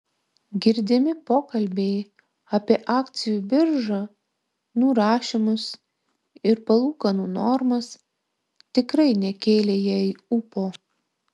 girdimi pokalbiai apie akcijų biržą nurašymus ir palūkanų normas tikrai nekėlė jai ūpo